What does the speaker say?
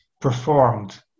performed